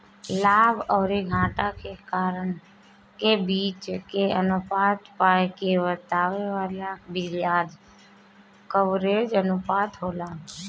लाभ अउरी घाटा के बीच के अनुपात के बतावे वाला बियाज कवरेज अनुपात होला